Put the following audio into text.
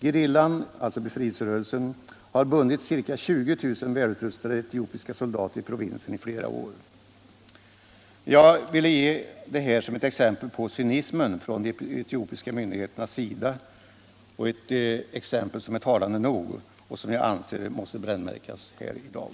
Gerillan” — alltså befrielserörelsen — ”har bundit ca 20 000 välutrustade etiopiska soldater i provinsen i flera år.” Jag vill nämna detta som ett exempel på cynism från de etiopiska myndigheternas sida, ett exempel som är talande nog och som jag anser måste brännmärkas här i dag.